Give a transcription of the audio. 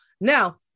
now